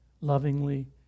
lovingly